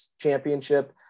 championship